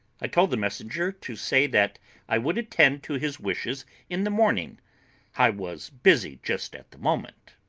i told the messenger to say that i would attend to his wishes in the morning i was busy just at the moment.